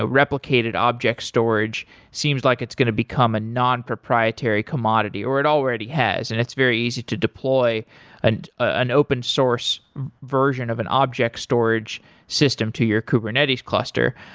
ah replicated object storage seems like it's going to become a nonproprietary commodity, or it already has, and it's very easy to deploy an an open-source version of an object storage system to your kubernetes cluster.